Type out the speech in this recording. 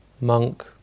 monk